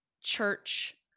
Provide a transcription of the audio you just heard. church